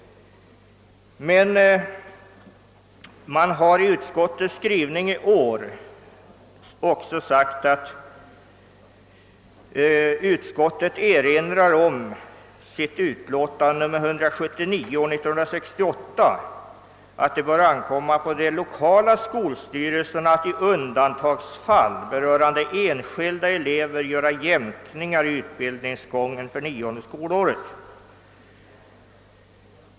Utskottet har emellertid i sin skrivning i år också erinrat om sitt utlåtande nr 179 för år 1968, där man anförde att det bör ankomma på de 1lokala skolstyrelserna att i undantagsfall göra jämkningar i utbildningsgången rörande enskilda elever för nionde skolåret.